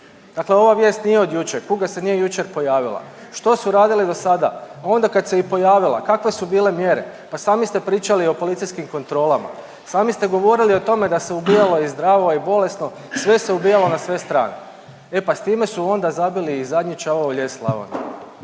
Dakle, ova vijest nije od jučer, kuga se nije jučer pojavila. Što su radili do sada? A onda i kad se pojavila, kakve su bile mjere? pa sami ste pričali o policijskim kontrolama, sami ste govorili o tome da se ubijalo i zdravo i bolesno, sve se ubijalo na sve strane. E pa s time su onda zabili i zadnji čavao u lijes Slavoniji.